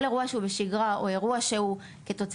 כל אירוע שהוא בשגרה או אירוע שהוא כתוצאה